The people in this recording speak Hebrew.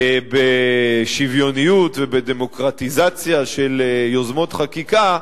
בשוויוניות ובדמוקרטיזציה של יוזמות חקיקה.